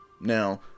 Now